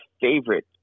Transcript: favorite